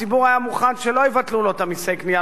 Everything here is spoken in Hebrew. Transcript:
הציבור היה מוכן שלא יבטלו לו את מסי הקנייה